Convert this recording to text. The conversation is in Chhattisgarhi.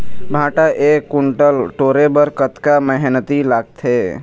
भांटा एक कुन्टल टोरे बर कतका मेहनती लागथे?